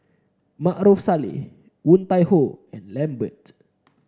Maarof Salleh Woon Tai Ho and Lambert